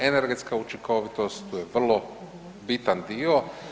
Energetska učinkovitost, to je vrlo bitan dio.